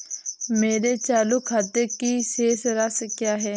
मेरे चालू खाते की शेष राशि क्या है?